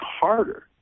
harder